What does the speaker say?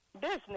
business